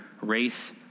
race